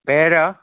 പേരാണോ